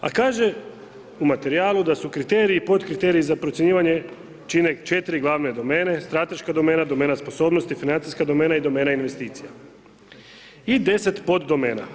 A kaže u materijalu da su kriteriji, podkriteriji za procjenjivanje čine 4 glavne domene: strateška domena, domena sposobnosti, financijska domena i domena investicija i 10 poddomena.